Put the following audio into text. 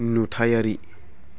नुथायारि